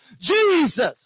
Jesus